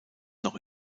noch